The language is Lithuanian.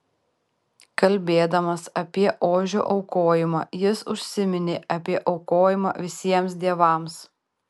kalbėdamas apie ožio aukojimą jis užsiminė apie aukojimą visiems dievams